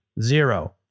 zero